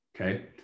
Okay